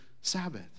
Sabbath